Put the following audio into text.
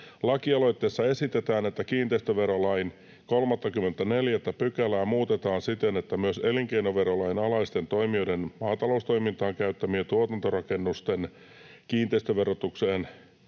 ”Lakialoitteessa esitetään, että kiinteistöverolain 34 §:ää muutetaan siten, että myös elinkeinoverolain alaisten toimijoiden maataloustoimintaan käyttämien tuotantorakennusten kiinteistöverotukseen